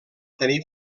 tenir